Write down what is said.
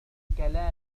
الكلام